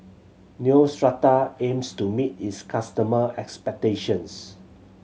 Neostrata aims to meet its customer expectations